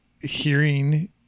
hearing